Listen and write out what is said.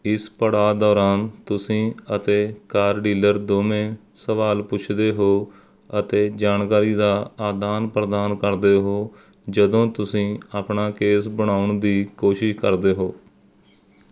ਇਸ ਪੜਾਅ ਦੌਰਾਨ ਤੁਸੀਂ ਅਤੇ ਕਾਰ ਡੀਲਰ ਦੋਵੇਂ ਸਵਾਲ ਪੁੱਛਦੇ ਹੋ ਅਤੇ ਜਾਣਕਾਰੀ ਦਾ ਆਦਾਨ ਪ੍ਰਦਾਨ ਕਰਦੇ ਹੋ ਜਦੋਂ ਤੁਸੀਂ ਆਪਣਾ ਕੇਸ ਬਣਾਉਣ ਦੀ ਕੋਸ਼ਿਸ਼ ਕਰਦੇ ਹੋ